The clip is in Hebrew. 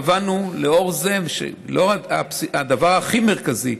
לאור הדבר הכי מרכזי,